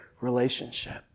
relationship